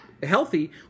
Healthy